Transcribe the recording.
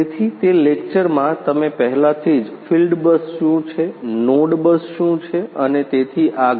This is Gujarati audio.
તેથી તે લેકચરમાં તમે પહેલાથી જ ફીલ્ડ બસ શું છે નોડ બસ શું છે અને તેથી આગળ